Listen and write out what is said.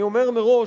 אני אומר מראש: